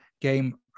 game